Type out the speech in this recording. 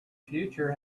future